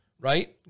right